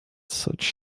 such